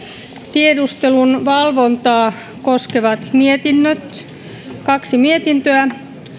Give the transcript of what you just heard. tiedustelun valvontaa koskevat mietinnöt kaksi mietintöä